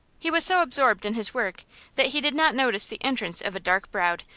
he was so absorbed in his work that he did not notice the entrance of a dark-browed,